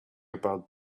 about